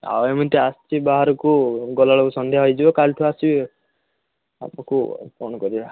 ଆଉ ଏମିତି ଆସିଚି ବାହାରକୁ ଗଲାବେଳକୁ ସନ୍ଧ୍ୟା ହେଇଯିବ କାଲିଠୁ ଆସିବି ଆଉ କ'ଣ କରିବା